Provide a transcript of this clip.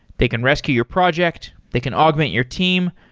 they can rescue your project, they can augment your team,